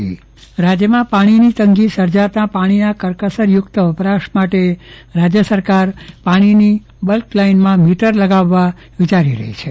ચંદ્રવદન પટ્ટણી પાણીના મીટર રાજ્યમાં પાણીની તંગી સર્જાતા પાણીની કરકસર યુક્ત વપરાશ માટે રાજ્ય સરકાર પાણીની બલ્ક લાઈનમાં મીટર લગાવવા વિચારી રહી છે